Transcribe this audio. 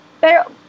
pero